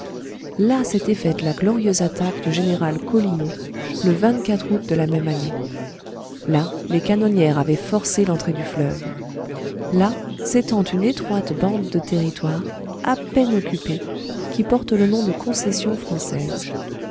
là s'était faite la glorieuse attaque du général collineau le août de la même année là les canonnières avaient forcé l'entrée du fleuve là s'étend une étroite bande de territoire à peine occupée qui porte le nom de concession française